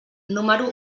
número